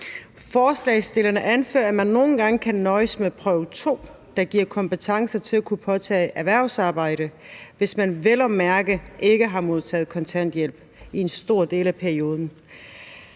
Forslagsstillerne anfører, at man nogle gange kan nøjes med at have bestået danskprøve 2, der giver kompetencer til at kunne påtage sig erhvervsarbejde, hvis man vel at mærke ikke har modtaget kontanthjælp en stor del af perioden.